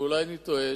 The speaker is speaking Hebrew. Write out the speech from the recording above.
ואולי אני טועה,